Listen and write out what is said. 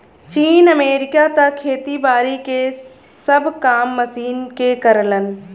चीन, अमेरिका त खेती बारी के सब काम मशीन के करलन